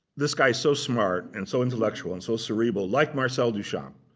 this guy's so smart and so intellectual and so cerebral, like marcel duchamp.